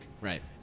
Right